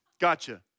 Gotcha